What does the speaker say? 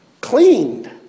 cleaned